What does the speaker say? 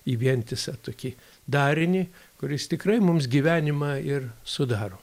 į vientisą tokį darinį kuris tikrai mums gyvenimą ir sudaro